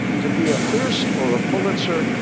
to be a hearst or a pulitzer,